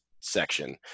section